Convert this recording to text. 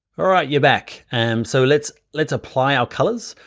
all right, you're back. and so let's let's apply our colors.